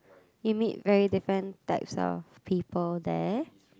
you meet very different types of people there